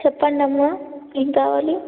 చెప్పండమ్మా ఏం కావాలి